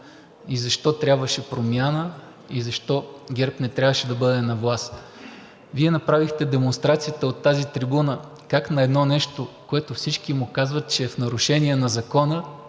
и защо трябваше промяна и защо ГЕРБ не трябваше да бъде на власт. Вие направихте демонстрацията от тази трибуна как на едно нещо, което всички му казват, че е в нарушение на закона,